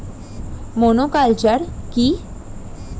Monoculture কি?